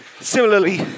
Similarly